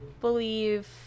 believe